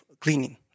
cleaning